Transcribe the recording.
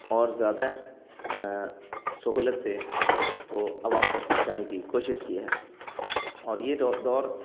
اور زیادہ سہولت سے اس کو عوام تک پہنچانے کی کوشش کی ہے اور یہ دور